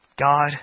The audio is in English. God